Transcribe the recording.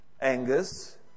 Angus